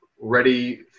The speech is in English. ready